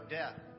death